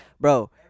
Bro